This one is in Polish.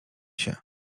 się